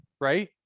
right